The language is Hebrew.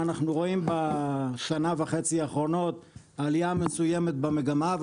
אנחנו רואים עלייה מסוימת במגמה בשנה וחצי האחרונות,